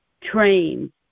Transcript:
trained